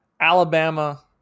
Alabama